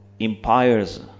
empires